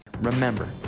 Remember